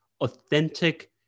authentic